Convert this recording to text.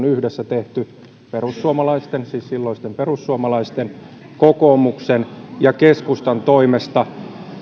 yhdessä tehty perussuomalaisten siis silloisten perussuomalaisten kokoomuksen ja keskustan toimesta